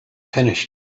finished